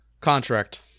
Contract